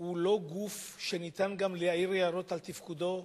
הוא לא גוף שניתן גם להעיר הערות על תפקודו,